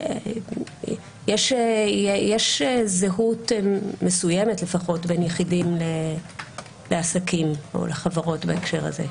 יש זהות מסוימת לפחות בין יחידים לעסקים או לחברות בהקשר הזה.